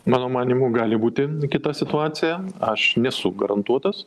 mano manymu gali būti kita situacija aš nesu garantuotas